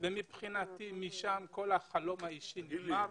ומבחינתי משם כל החלום האישי נגמר,